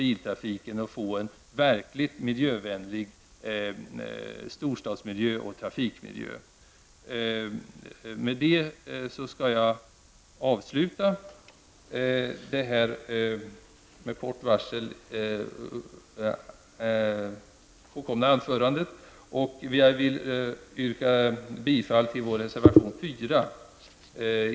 Därmed skulle vi kunna få en verkligt miljövänlig storstadsmiljö och även trafikmiljö. Med detta avslutar jag mitt med kort varsel tillkomna anförande. I första han yrkar jag bifall till vår reservation nr 4 i detta betänkande.